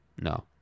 No